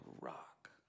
rock